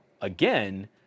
again